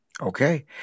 Okay